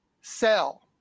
sell